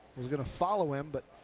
we're going to follow him, but